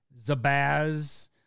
Zabaz